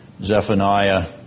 Zephaniah